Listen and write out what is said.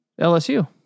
LSU